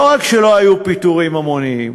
לא רק שלא היו פיטורים המוניים,